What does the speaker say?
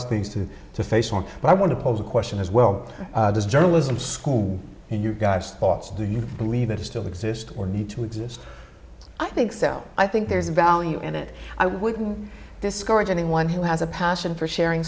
of things to do to face on but i want to pose a question as well as journalism school and you guys thoughts do you believe it still exists or need to exist i think so i think there's value in it i wouldn't discourage anyone who has a passion for sharing